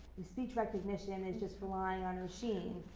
the speech recognition is just relying on a machine.